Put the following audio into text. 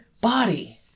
body